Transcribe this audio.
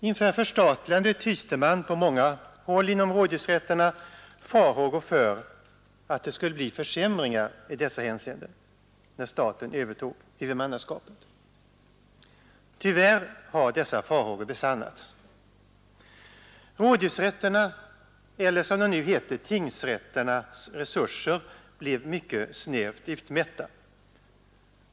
Inför förstatligandet hyste man på många håll inom rådhusrätterna farhågor för att det skulle bli försämringar i dessa hänseenden när staten övertog huvudmannaskapet. Tyvärr har dessa farhågor besannats. Rådhusrätternas eller som det nu heter, tingsrätternas resurser blev mycket snävt utmätta.